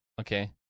Okay